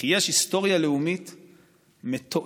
וכי יש היסטוריה לאומית מתועדת,